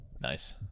nice